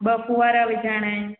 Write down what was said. ॿ फुआरा विझाइणा आहिनि